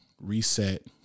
reset